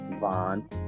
Von